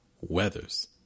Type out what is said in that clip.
Weathers